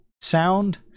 sound